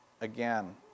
Again